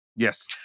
Yes